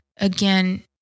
again